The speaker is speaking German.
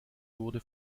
wurde